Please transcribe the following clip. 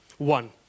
One